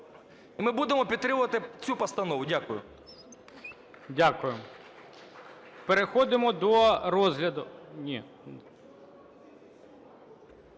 Ми будемо підтримувати цю постанову. Дякую. ГОЛОВУЮЧИЙ. Дякую. Переходимо до розгляду… Ні.